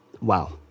Wow